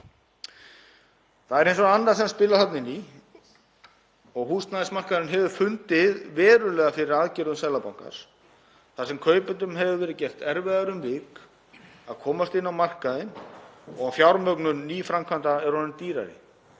vegar er annað sem spilar þarna inn í sem er að húsnæðismarkaðurinn hefur fundið verulega fyrir aðgerðum Seðlabankans þar sem kaupendum hefur verið gert erfiðara um vik að komast inn á markaðinn og fjármögnun nýframkvæmda er orðin dýrari.